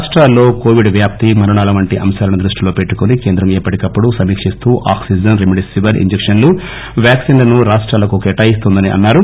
రాష్టాలలో కోవిడ్ వ్యాప్తి మరణాలు వంటి అంశాలను దృష్టిలో పెట్టుకుని కేంద్రం ఎప్పటికప్పుడు సమీకిస్తూ ఆక్సిజన్ రెమిడిస్వీర్ ఇంజక్షన్లు వ్యాక్సిన్ లను రాష్టాలకు కేటాయిస్తోందని అన్నారు